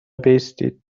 بایستید